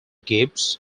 gibbs